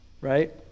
Right